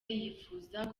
yifuzaga